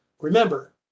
Remember